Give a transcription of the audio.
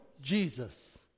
Jesus